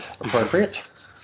appropriate